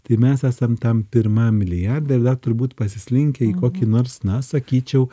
tai mes esam tam pirmam milijarde ir dar turbūt pasislinkę į kokį nors na sakyčiau